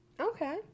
Okay